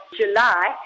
July